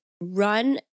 run